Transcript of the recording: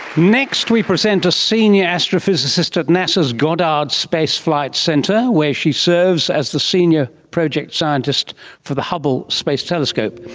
next we present a senior astrophysicist at nasa's goddard space flight centre where she serves as the senior project scientist for the hubble space telescope.